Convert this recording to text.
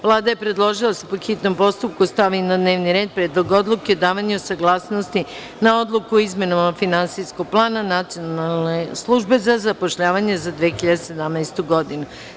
Vlada je predložila da se po hitnom postupku stavi na dnevni red – Predlog odluke o davanju saglasnosti na Odluku o izmenama finansijskog plana Nacionalne službe za zapošljavanje za 2017. godinu.